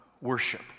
worship